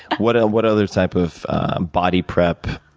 what ah what other type of body prep,